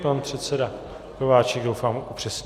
Pan předseda Kováčik doufám upřesní.